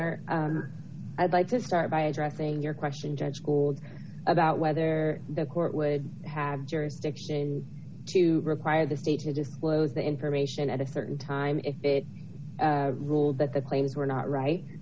honor i'd like to start by addressing your question judge school about whether the court would have jurisdiction to require the states to disclose the information at a certain time if it ruled that the claims were not right